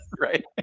right